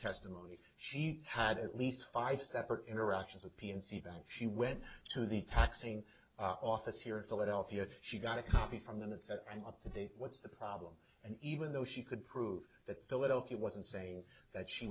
testimony she had at least five separate interactions with p and c back she went to the taxing office here in philadelphia she got a copy from them and said and i think what's the problem and even though she could prove that philadelphia wasn't saying that she